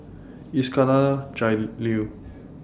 Iskandar Jalil